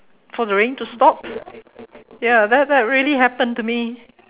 for the rain to stop ya that that really happened to me